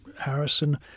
Harrison